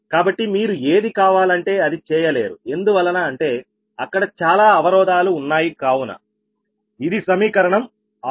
కాబట్టి మీరు ఏది కావాలంటే అది చేయలేరు ఎందువలన అంటే అక్కడ చాలా అవరోధాలు ఉన్నాయి కావున ఇది సమీకరణం 6